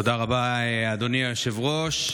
תודה רבה, אדוני היושב-ראש.